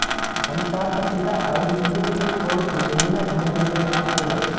Antarctica आउर Europe के छोड़ के दुनिया भर में बांस होला